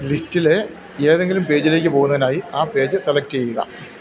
ലിസ്റ്റില് ഏതെങ്കിലും പേജിലേക്ക് പോകുന്നതിനായി ആ പേജ് സെലക്റ്റ് ചെയ്യുക